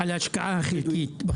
על ההשקעה החלקית.